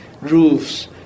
roofs